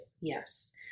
Yes